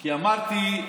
כי אמרתי: